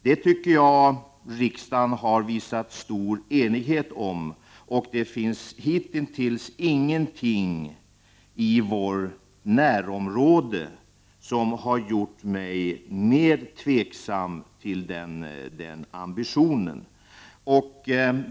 Kring detta har riksdagen visat stor enighet, och hittills har ingenting i vårt närområde inträffat som gjort mig tveksam när det gäller denna ambition.